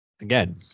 again